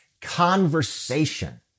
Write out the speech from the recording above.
Conversation